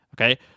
Okay